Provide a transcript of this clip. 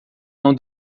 não